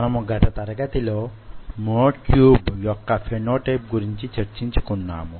మనము గత తరగతిలో మ్యో ట్యూబ్ యొక్క ఫెనో టైప్ గురించి చర్చించుకున్నాము